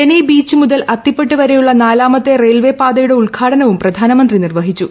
Chennai beach മുതൽ അതിപ്പട്ട് വരെയുള്ള നാലാമത്തെ റെയിൽ പാതയുടെ ഉദ്ഘാടനവും പ്രധാനമന്ത്രി നിർവ്വഹിച്ചു